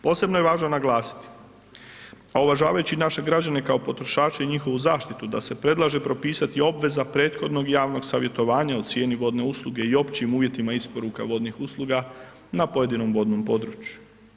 Posebno je važno naglasiti a uvažavajući naše građane kao potrošače i njihovu zaštitu da se predlaže propisati obveza prethodnog i javnog savjetovanja u cijeni vodne usluge i općim uvjetima isporuka vodnih usluga na pojedinom vodnom području.